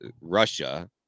Russia